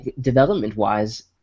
development-wise